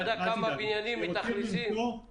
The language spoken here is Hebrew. הסכום הוא לא על שורת